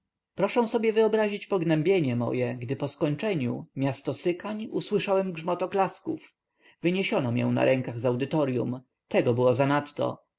proszę sobie wyobrazić pognębienie moje gdy po skończeniu miasto sykań usłyszałem grzmot oklasków wyniesiono mię na rękach z audytoryum tego było zanadto